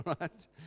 right